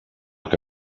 que